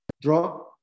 draw